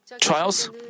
trials